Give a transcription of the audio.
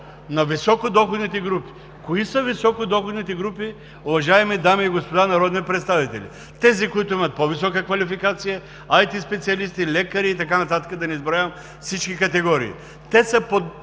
На високодоходните групи? Кои са високодоходните групи, уважаеми дами и господа народни представители? Тези, които имат по-висока квалификация, IТ специалистите, лекарите и така нататък, да не изброявам всички категории. Те са